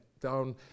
down